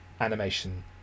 animation